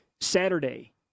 Saturday